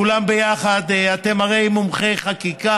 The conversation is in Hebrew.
כולם ביחד, אתם הרי מומחי חקיקה,